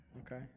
Okay